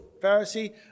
Pharisee